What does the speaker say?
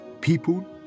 people